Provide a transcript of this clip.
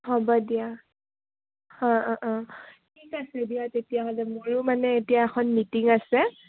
হ'ব দিয়া অঁ অঁ অঁ ঠিক আছে দিয়া তেতিয়াহ'লে মোৰো মানে এতিয়া এখন মিটিং আছে